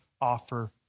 offer